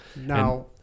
now